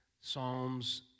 Psalms